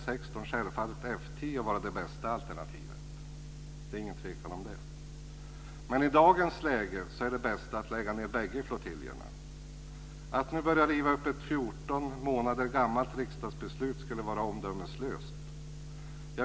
F 16 självfallet F 10 vara det bästa alternativet - det är ingen tvekan om det. Men i dagens läge är det bästa att lägga ned bägge flottiljerna. Att nu börja riva upp ett 14 månader gammalt riksdagsbeslut skulle vara omdömeslöst.